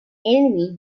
enemy